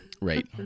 Right